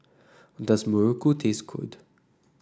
does Muruku taste good